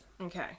Okay